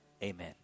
Amen